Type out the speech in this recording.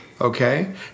Okay